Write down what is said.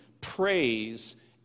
praise